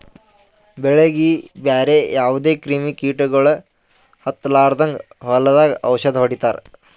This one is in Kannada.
ಬೆಳೀಗಿ ಬ್ಯಾರೆ ಯಾವದೇ ಕ್ರಿಮಿ ಕೀಟಗೊಳ್ ಹತ್ತಲಾರದಂಗ್ ಹೊಲದಾಗ್ ಔಷದ್ ಹೊಡಿತಾರ